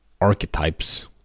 archetypes